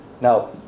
Now